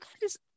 guys